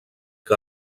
que